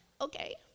okay